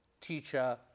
teacher